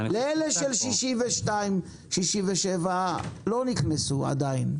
אלה של 62 ו-67 לא נכנסו עדיין.